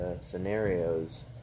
scenarios